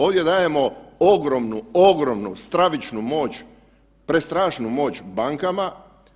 Ovdje dajemo ogromnu, ogromnu, stravičnu moć, prestrašnu moć bankama